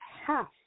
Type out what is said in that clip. half